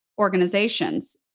organizations